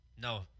No